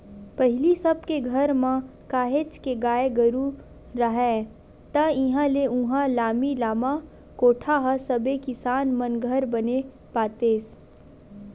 पहिली सब के घर म काहेच के गाय गरु राहय ता इहाँ ले उहाँ लामी लामा कोठा ह सबे किसान मन घर बने पातेस